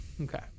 Okay